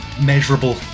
measurable